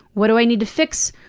what do i need to fix?